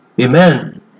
amen